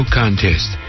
contest